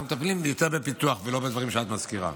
אנחנו מטפלים יותר בפיתוח, לא בדברים שאת מזכירה.